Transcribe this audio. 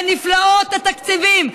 בנפלאות התקציבים,